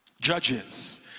Judges